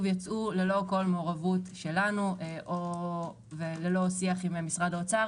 יצאו ללא כל מעורבות שלנו וללא שיח עם משרד האוצר